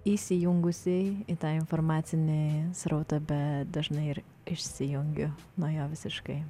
įsijungusi į tą informacinį srautą bet dažnai ir išsijungiu nuo jo visiškai